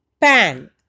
pan